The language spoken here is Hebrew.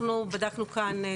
אנחנו עוסקים היום בדוח בנושא